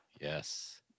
Yes